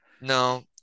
No